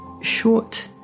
short